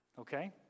Okay